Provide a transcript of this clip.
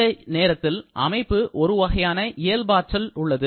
இந்த நேரத்தில் அமைப்பு ஒருவகையான இயல்பாற்றல் உள்ளது